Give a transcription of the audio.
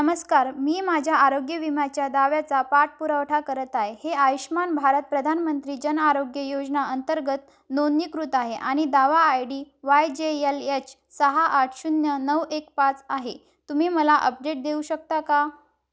नमस्कार मी माझ्या आरोग्य विम्याच्या दाव्याचा पाठपुरावा करत आहे हे आयुष्मान भारत प्रधानमंत्री जन आरोग्य योजना अंतर्गत नोंदणीकृत आहे आणि दावा I D Y J L H सहा आठ शून्य नऊ एक पाच आहे तुम्ही मला अपडेट देऊ शकता का